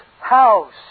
house